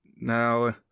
Now